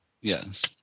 Yes